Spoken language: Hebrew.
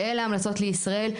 ואלה ההמלצות לישראל.